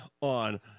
on